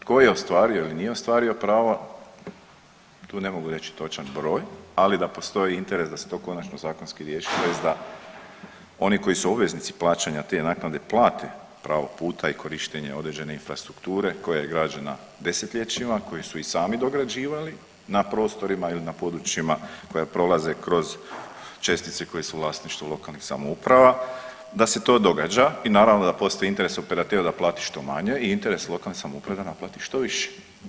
Tko je ostvario ili nije ostvario pravo, tu ne mogu reći točan broj, ali da postoji interes da se to konačno zakonski riješi, tj. da oni koji su obveznici plaćanja te naknade plate pravo puta i korištenja određene infrastrukture koja je građena desetljećima koje su i sami dograđivali na prostorima ili na područjima koja prolaze kroz čestice koje su vlasništvo lokalnih samouprava, da se to događa i naravno da postoji interes operatera da plati što manje i interes lokalne samouprave da naplati što više.